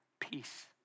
peace